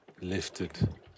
Lifted